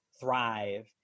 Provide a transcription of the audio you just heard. thrive